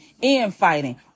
infighting